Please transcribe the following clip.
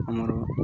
ଆମର